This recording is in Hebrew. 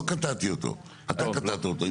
לא קטעתי אותו, אתה קטעת אותו.